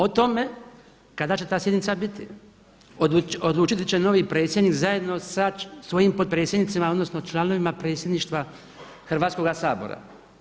O tome kada će ta sjednica biti odlučiti će novi predsjednik zajedno sa svojim potpredsjednicima odnosno članovima predsjedništva Hrvatskoga sabora.